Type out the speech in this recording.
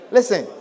Listen